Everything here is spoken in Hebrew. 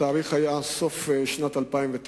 התאריך היה סוף שנת 2009,